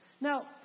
Now